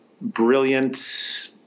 brilliant—